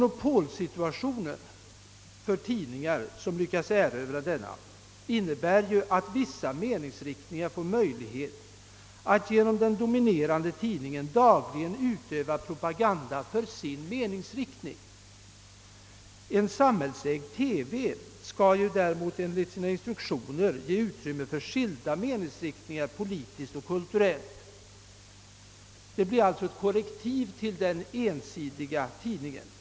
Ett tidningsmonopol innebär ju att vissa meningsriktningar får möjlighet att genom de dominerande tidningarna dagligen göra propaganda för sina åsikter. En samhällsägd television skall däremot enligt instruktionerna ge utrymme för skilda meningsriktningar i politiskt och kulturellt avseende. Den blir alltså i stället ett korrektiv till det ensidiga tidningsmonopolet.